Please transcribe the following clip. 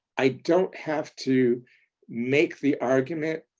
i don't have to make the argument